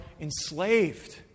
enslaved